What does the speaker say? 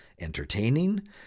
entertaining